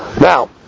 Now